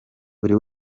buri